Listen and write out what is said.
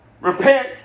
Repent